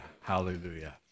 hallelujah